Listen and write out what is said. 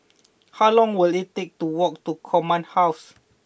how long will it take to walk to Command House